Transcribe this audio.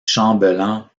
chambellan